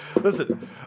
Listen